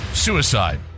Suicide